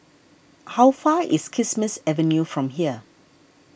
how far is Kismis Avenue from here